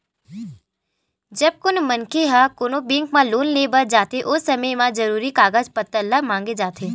जब कोनो मनखे ह कोनो बेंक म लोन लेय बर जाथे ओ समे म जरुरी कागज पत्तर ल मांगे जाथे